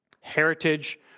Heritage